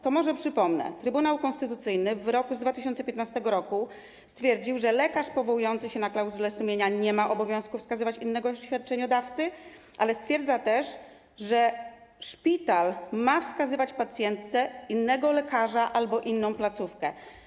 To może przypomnę, że Trybunał Konstytucyjny w wyroku z 2015 r. stwierdził, że lekarz powołujący się na klauzulę sumienia nie ma obowiązku wskazywać innego świadczeniodawcy, ale stwierdził też, że szpital ma wskazywać pacjentce innego lekarza albo inną placówkę.